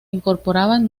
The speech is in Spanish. incorporaban